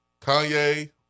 Kanye